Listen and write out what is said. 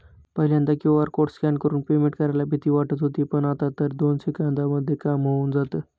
पहिल्यांदा QR code scan करून payment करायला भीती वाटत होती पण, आता तर दोन सेकंदांमध्ये काम होऊन जातं